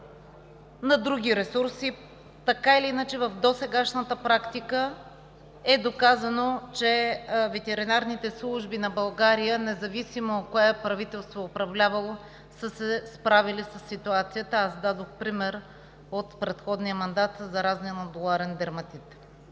на други ресурси, така или иначе в досегашната практика е доказано, че ветеринарните служби на България, независимо кое правителство е управлявало, са се справяли със ситуацията. Дадох пример от предходния мандат за заразния нодуларен дерматит.